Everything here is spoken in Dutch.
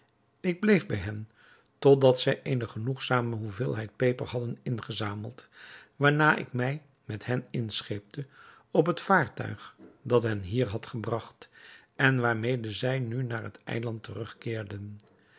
ik bleef bij hen totdat zij eene genoegzame hoeveelheid peper hadden ingezameld waarna ik mij met hen inscheepte op het vaartuig dat hen hier had gebragt en waarmede zij nu naar het eiland terugkeerden